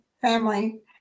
family